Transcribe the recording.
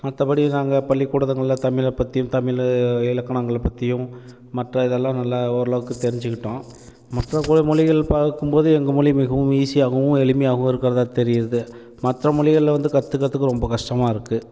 மற்றபடி நாங்கள் பள்ளிக்கூடங்களில் தமிழை பற்றியும் தமிழ் இலக்கணங்களை பற்றியும் மற்ற இதெல்லாம் நல்ல ஓரளவுக்கு தெரிஞ்சிக்கிட்டோம் மற்ற மொழிகள் பார்க்கும் போது எங்கள் மொழி மிகவும் ஈஸியாகவும் எளிமையாகவும் இருக்கிறதா தெரியுது மற்ற மொழிகளில் வந்து கற்றுக்கர்த்துக்கு ரொம்ப கஷ்டமாக இருக்குது